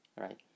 right